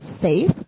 safe